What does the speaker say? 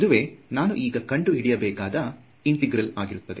ಇದುವೇ ನಾನು ಈಗ ಕಂಡು ಹಿಡಿಯಬೇಕಾದ ಇಂಟೆಗ್ರಲ್ ಆಗಿರುತ್ತದೆ